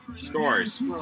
Scores